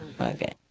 Okay